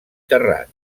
terrat